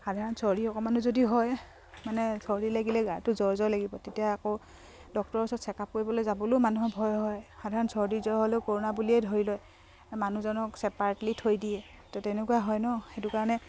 সাধাৰণ চৰ্দি অকণমানো যদি হয় মানে চৰ্দি লাগিলে গাটো জ্বৰ জ্বৰ লাগিব তেতিয়া আকৌ ডক্তৰৰ ওচৰত চেকআপ কৰিবলৈ যাবলৈও মানুহৰ ভয় হয় সাধাৰণ চৰ্দি জ্বৰ হ'লেও কৰ'না বুলিয়ে ধৰি লয় মানুহজনক চেপাৰেটলি থৈ দিয়ে তো তেনেকুৱা হয় ন সেইটো কাৰণে